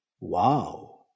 Wow